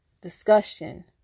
discussion